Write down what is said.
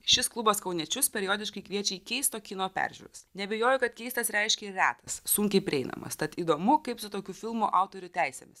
šis klubas kauniečius periodiškai kviečia į keisto kino peržiūras neabejoju kad keistas reiškia retas sunkiai prieinamas tad įdomu kaip su tokių filmų autorių teisėmis